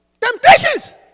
Temptations